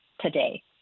today